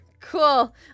Cool